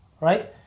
Right